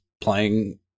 playing